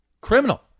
criminal